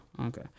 okay